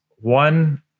one